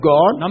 God